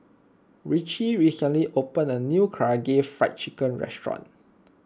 Richie recently opened a new Karaage Fried Chicken restaurant